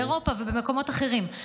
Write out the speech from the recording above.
באירופה ובמקומות אחרים,